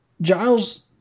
Giles